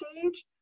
stage